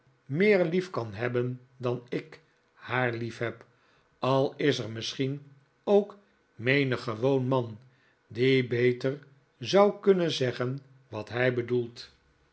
meer lief kan hebben dan ik haar lief heb al is er misschien ook menig gewoon man die beter zou kunnen zeggen wat hij bedoelt